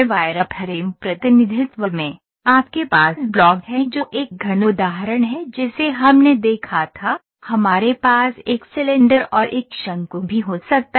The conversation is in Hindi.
वायरफ्रेम प्रतिनिधित्व में आपके पास ब्लॉक है जो एक घन उदाहरण है जिसे हमने देखा था हमारे पास एक सिलेंडर और एक शंकु भी हो सकता है